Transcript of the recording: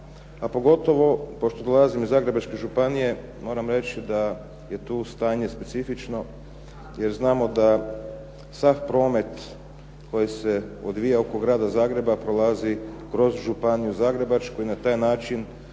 a pogotovo pošto dolazim iz Zagrebačke županije moram reći da je tu stanje specifično jer znamo da sav promet koji se odvija oko grada Zagreba prolazi kroz Županiju zagrebačku i na taj način